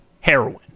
heroin